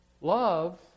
love